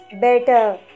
Better